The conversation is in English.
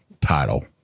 title